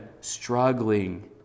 struggling